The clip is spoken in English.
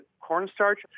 cornstarch